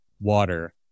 water